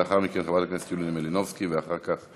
לאחר מכן, חברת הכנסת יוליה מלינובסקי, ואחר כך,